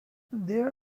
there